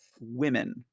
women